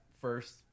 first